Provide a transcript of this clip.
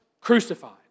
crucified